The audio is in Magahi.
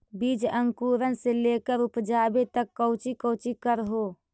बीज अंकुरण से लेकर उपजाबे तक कौची कौची कर हो?